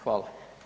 Hvala.